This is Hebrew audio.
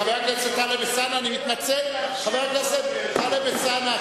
חבר הכנסת טלב אלסאנע,